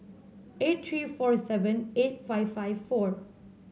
eight three four seven eight five five four